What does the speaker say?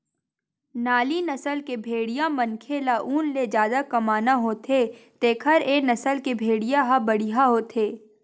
नाली नसल के भेड़िया मनखे ल ऊन ले जादा कमाना होथे तेखर ए नसल के भेड़िया ह बड़िहा होथे